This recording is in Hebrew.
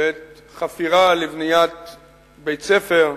בעת חפירה לבניית בית-ספר,